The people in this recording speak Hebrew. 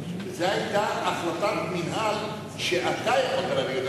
זו היתה החלטת מינהל שאתה יכולת להביא,